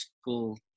school